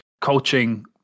coaching